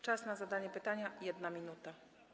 Czas na zadanie pytania - 1 minuta.